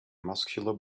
muscular